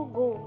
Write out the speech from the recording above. go